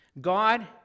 God